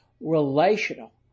relational